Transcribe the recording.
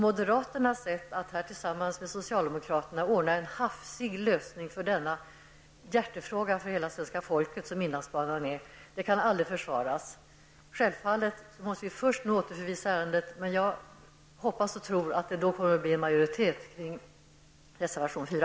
Moderaternas sett att här tillsammans med socialdemokraterna åstadkomma en hafsig lösning för den hjärtefråga för hela svenska folket som inlandsbanan är kan aldrig försvaras. Självfallet måste vi först återförvisa ärendet till utskottet, men jag hoppas och tror att det då kommer att bli majoritet för reservation 4.